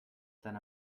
than